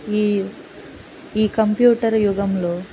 ఈ ఈ కంప్యూటర్ యుగంలో